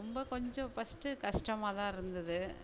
ரொம்ப கொஞ்சம் ஃபர்ஸ்ட்டு கஷ்டமாகதான் இருந்தது